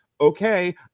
okay